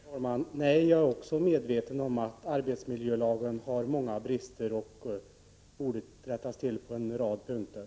Herr talman! Nej, jag är också medveten om att arbetsmiljölagen har många brister och borde rättas till på en rad punkter.